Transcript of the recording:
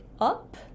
up